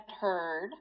heard